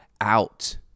out